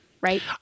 right